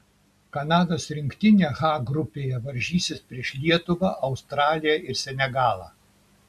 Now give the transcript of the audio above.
kanados rinktinė h grupėje varžysis prieš lietuvą australiją ir senegalą